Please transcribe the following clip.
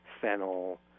fennel